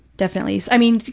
definitely. i mean,